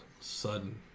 sudden